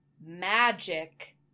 magic